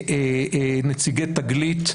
נציגי תגלית.